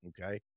okay